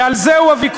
ועל זה הוויכוח.